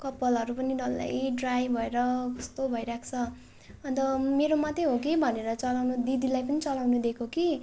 कपालहरू पनि डल्लै ड्राई भएर कस्तो भइरहेको छ अन्त मेरो मात्रै हो कि भनेर चलाउनु दिदीलाई पनि चलाउनु दिएको कि